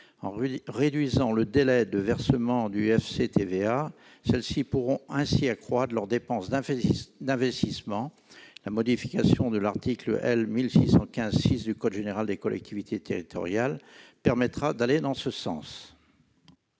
l'on réduit le délai de versement du FCTVA, les collectivités pourront accroître leurs dépenses d'investissement. La modification de l'article L. 1615-6 du code général des collectivités territoriales permettra d'aller dans ce sens.